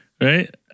Right